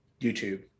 YouTube